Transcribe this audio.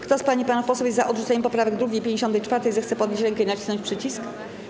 Kto z pań i panów posłów jest za odrzuceniem poprawek 2. i 54., zechce podnieść rękę i nacisnąć przycisk.